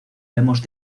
hemos